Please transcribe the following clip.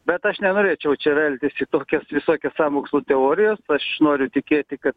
bet aš nenorėčiau čia veltisį tokias visokias sąmokslų teorijos aš noriu tikėti kad